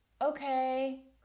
okay